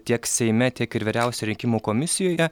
tiek seime tiek ir vyriausioje rinkimų komisijoje